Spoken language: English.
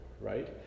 right